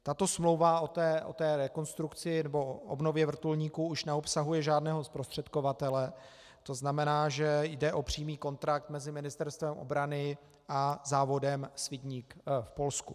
Tato smlouva o rekonstrukci nebo obnově vrtulníků už neobsahuje žádného zprostředkovatele, to znamená, že jde o přímý kontrakt mezi Ministerstvem obrany a závodem Swidnik v Polsku.